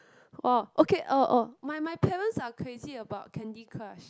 !wow! okay orh orh my my parents are crazy about Candy-Crush